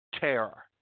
terror